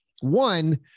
One